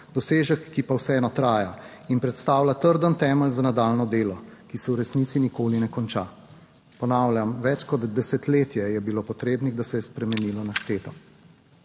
Dosežek, ki pa vseeno traja in predstavlja trden temelj za nadaljnje delo, ki se v resnici nikoli ne konča. Ponavljam, več kot desetletje je bilo potrebno, da se je spremenilo našteto.